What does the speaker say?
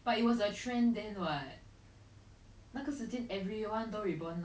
won't do physical harm to you so far I don't know lah